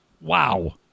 Wow